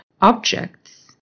objects